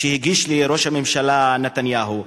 שהוגשו לראש הממשלה נתניהו,